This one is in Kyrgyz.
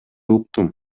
уктум